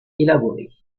élaborée